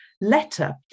letter